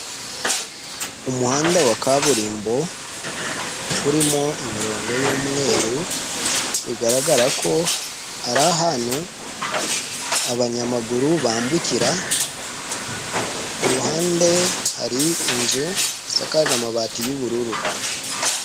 Umuhanda wa kaburimbo, urimo imirongo y'umweru, bigaragara ko ari ahantu abanyamaguru bambukira, ku ruhande hari inzu isakaje amabati y'ubururu.